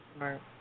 Right